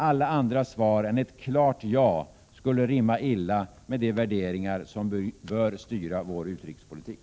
Alla andra svar än ett klart ja skulle rimma illa med de värderingar som bör styra vår utrikespolitik.